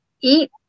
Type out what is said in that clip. eat